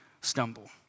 stumble